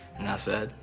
and i said,